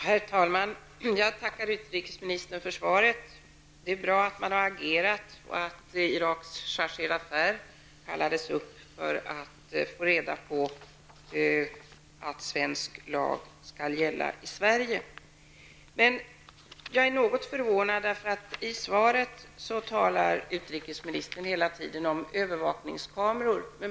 Herr talman! Jag tackar utrikesministern för svaret. Det är bra att man har agerat och att Iraks chargé d 'affaires kallades upp för att få reda på att svensk lag skall gälla i Sverige. Jag är emellertid något förvånad över att utrikesministern i svaret hela tiden talar om ''övervakningskameror''.